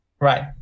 Right